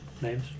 Names